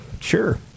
sure